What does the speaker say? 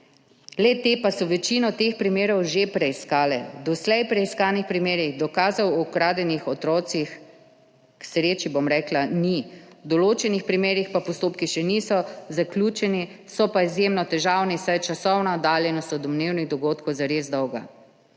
le-te pa so večino teh primerov že preiskale. V doslej preiskanih primerih dokazov o ukradenih otrocih k sreči ni, v določenih primerih pa postopki še niso zaključeni, so pa izjemno težavni, saj je časovna oddaljenost od domnevnih dogodkov zares dolga.